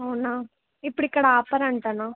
అవునా ఇప్పుడు ఇక్కడ ఆపరంటనా